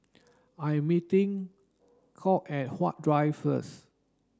I'm meeting Cade at Huat Drive first